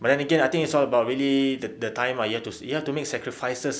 but then again it's all about really the the time ah you have to make sacrifices ah